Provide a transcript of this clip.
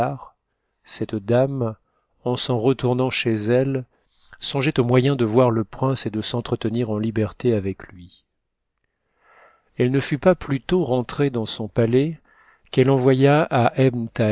cette dame en s'en retournant chez elle songeait aux moyens de voir le prince et de s'entretenir en liberté avec lui elle ne fut pas plus tôt rentrée dans son palais qu'elle envoya à